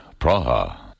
Praha